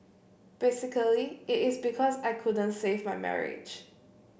basically it is because I couldn't save my marriage